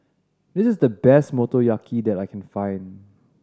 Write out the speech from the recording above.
this is the best Motoyaki that I can find